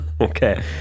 Okay